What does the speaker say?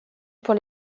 pour